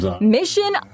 Mission